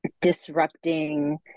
disrupting